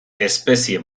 espezie